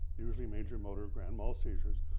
usually major motor grand mal seizures,